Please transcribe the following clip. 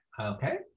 Okay